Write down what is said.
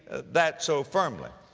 that so firmly?